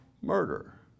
murder